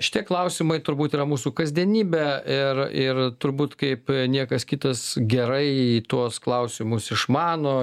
šitie klausimai turbūt yra mūsų kasdienybė ir ir turbūt kaip niekas kitas gerai tuos klausimus išmano